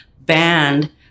banned